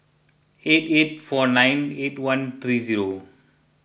eight eight four nine eight one three zero